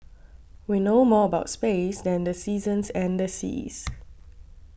we know more about space than the seasons and the seas